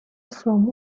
from